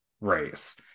race